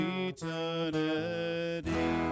eternity